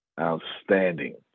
Outstanding